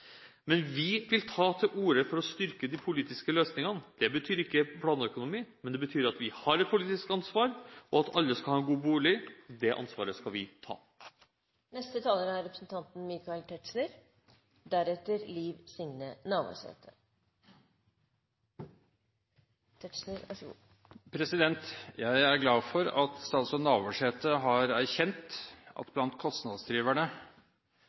men det betyr at vi har et politisk ansvar, og at alle skal ha en god bolig, det ansvaret skal vi ta. Jeg er glad for at statsråd Navarsete har erkjent at blant kostnadsdriverne